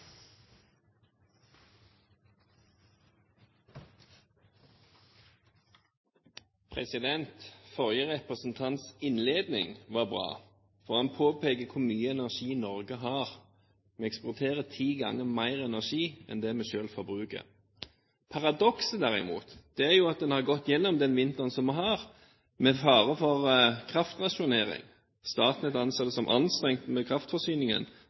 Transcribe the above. energipolitikken. Forrige representants innledning var bra, for han påpeker hvor mye energi Norge har. Vi eksporterer ti ganger mer energi enn det vi selv forbruker. Paradokset, derimot, er at vi har gått gjennom denne vinteren med fare for kraftrasjonering. Statnett anså kraftforsyningen som anstrengt,